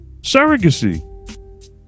surrogacy